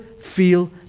feel